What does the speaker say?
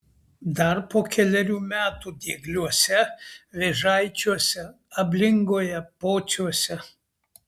dar po kelerių metų diegliuose vėžaičiuose ablingoje pociuose